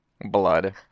blood